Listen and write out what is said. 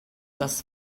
das